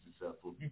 successful